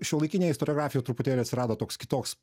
šiuolaikinėj istoriografijoj truputėlį atsirado toks kitoks